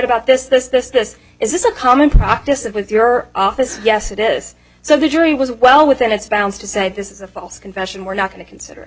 about this this this this is a common practice it was your office yes it is so the jury was well within its bounds to say this is a false confession we're not going to consider